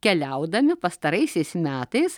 keliaudami pastaraisiais metais